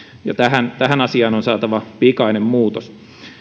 ja tähän tähän asiaan on saatava pikainen muutos